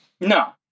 No